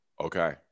Okay